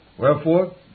Wherefore